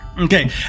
Okay